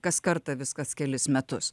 kas kartą vis kas kelis metus